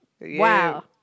Wow